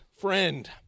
friend